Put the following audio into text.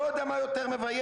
לא יודע מה יותר מבייש.